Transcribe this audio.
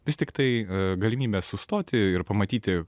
vis tiktai galimybė sustoti ir pamatyti